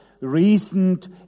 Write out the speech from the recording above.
recent